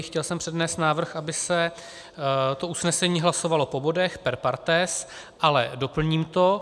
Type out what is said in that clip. Chtěl jsem přednést návrh, aby se to usnesení hlasovalo po bodech, per partes, ale doplním to.